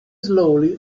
slowly